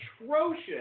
atrocious